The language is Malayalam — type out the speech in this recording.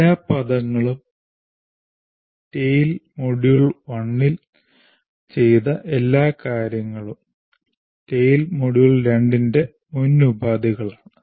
എല്ലാ പദങ്ങളും TALE മൊഡ്യൂൾ 1 ൽ ചെയ്ത എല്ലാ കാര്യങ്ങളും TALE മൊഡ്യൂൾ 2 ന്റെ മുന്നുപാധികളാണ്